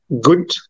good